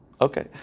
Okay